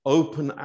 open